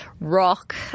rock